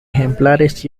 ejemplares